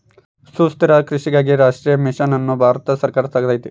ಸುಸ್ಥಿರ ಕೃಷಿಗಾಗಿ ರಾಷ್ಟ್ರೀಯ ಮಿಷನ್ ಅನ್ನು ಭಾರತ ಸರ್ಕಾರ ತೆಗ್ದೈತೀ